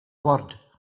word